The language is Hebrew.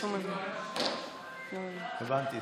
הבנתי.